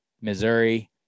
Missouri